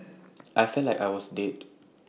I felt like I was dead